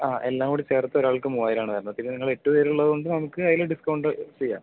ആ എല്ലാംകൂടി ചേർത്ത് ഒരാൾക്ക് മൂവായിരമാണ് വരുന്നത് പിന്നെ നിങ്ങൾ എട്ട് പേരുള്ളതുകൊണ്ട് നമുക്ക് അതിൽ ഡിസ്കൗണ്ട് ചെയ്യാം